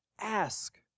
Ask